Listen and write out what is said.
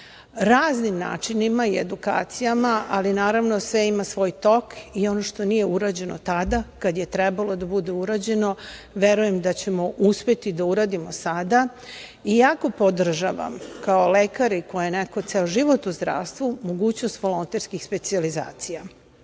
raznim načinima i edukacijama, ali naravno sve ima svoj tok i ono što nije urađeno tada kad je trebalo da bude uređeno verujem da ćemo uspeti da uradimo sada. Jako podržavam, kao lekar i kao neko ko je ceo život u zdravstvu, mogućnost volonterskih specijalizacija,